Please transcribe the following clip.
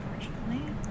unfortunately